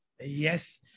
yes